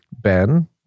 Ben